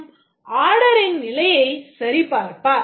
மற்றும் ஆர்டரின் நிலையைச் சரிபார்ப்பார்